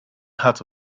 out